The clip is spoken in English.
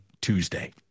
Tuesday